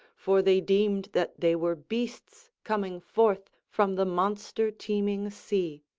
for they deemed that they were beasts coming forth from the monster-teeming sea.